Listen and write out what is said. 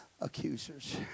accusers